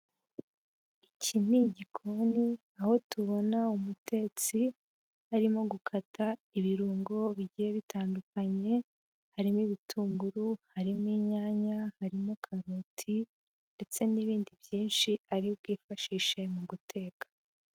Iki ni igikoni aho tubona umutetsi arimo gukata ibirungo bigiye bitandukanye harimo ibitunguru, harimo inyanya, harimo karoti ndetse n'ibindi byinshi ari bwifashishe mu guteka.